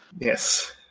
Yes